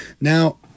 Now